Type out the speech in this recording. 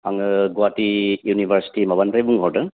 आङो गुवाहाटि इउनिभारसिटि माबानिफ्राय बुंहरदों